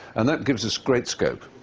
and that gives us great scope.